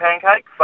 pancake